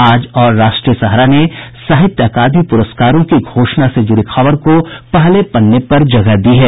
आज और राष्ट्रीय सहारा ने साहित्य अकादमी पुरस्कारों की घोषणा से जुड़ी खबर को पहले पन्ने पर जगह दी है